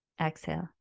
Exhale